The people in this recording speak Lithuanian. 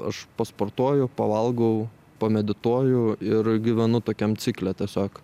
aš pasportuoju pavalgau pamedituoju ir gyvenu tokiam cikle tiesiog